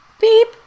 Beep